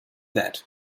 that